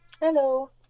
Hello